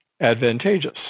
advantageous